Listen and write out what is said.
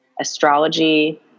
astrology